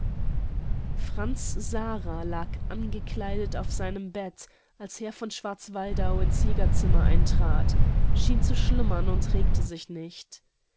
franz sara lag angekleidet auf seinem bett als herr von schwarzwaldau in's jägerzimmer eintrat schien zu schlummern und regte sich nicht